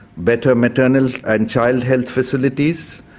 better maternal and child health facilities,